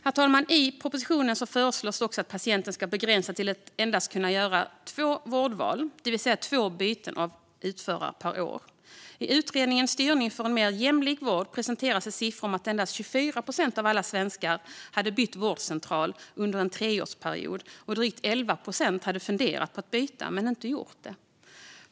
Herr talman! I propositionen föreslås det också att patienten begränsas till att endast kunna göra två vårdval, det vill säga två byten av utförare per år. I utredningen Styrning för en mer jämlik vård presenterades siffror om att endast 24 procent av alla svenskar hade bytt vårdcentral under en treårsperiod, medan drygt 11 procent hade funderat på att byta men inte gjort det.